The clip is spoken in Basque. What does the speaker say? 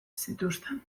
zituzten